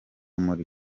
muri